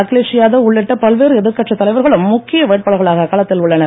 அகிலேஷ் யாதவ் உள்ளிட்ட பல்வேறு எதிர்க்கட்சி தலைவர்களும் முக்கிய வேட்பாளர்களாக களத்தில் உள்ளனர்